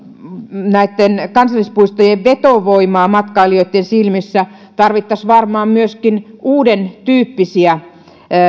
näitten kansallispuistojen vetovoimaa matkailijoitten silmissä tarvittaisiin varmaan myöskin uudentyyppisiä